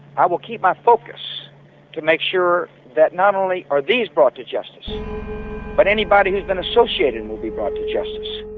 i will keep my focus to make sure that not only are these brought to justice but anybody who has been associated will be brought to justice.